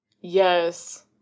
Yes